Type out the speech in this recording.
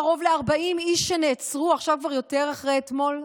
קרוב ל-40 איש נעצרו, עכשיו כבר יותר, אחרי אתמול,